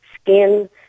skin